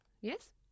Yes